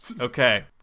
Okay